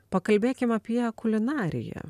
pakalbėkim apie kulinariją